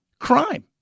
Crime